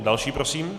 Další prosím.